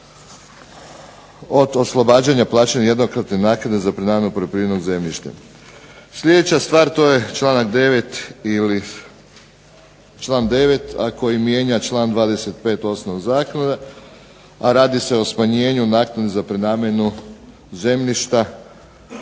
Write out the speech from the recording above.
od oslobađanja plaćanja jednokratne naknade za prenamjenu poljoprivrednog zemljišta. Sljedeća stvar to je članak 9. ili član 9. a koji mijenja članak 25. osnovnog Zakona a radi se o smanjenju naknade za prenamjenu zemljišta,